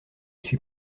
suis